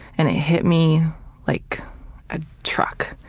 and it hit me like a truck.